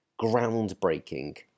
groundbreaking